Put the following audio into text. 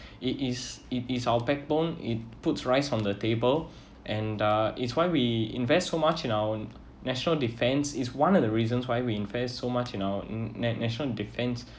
it is it is our backbone it put rice on the table and uh is why we invest so much in our national defence is one of the reasons why we invest so much in our na~ na~ national defence